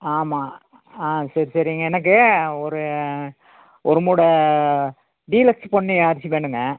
ஆமாம் ஆ சரி சரிங்க எனக்கு ஒரு ஒரு மூடை டீலக்ஸ் பொன்னி அரிசி வேணுங்க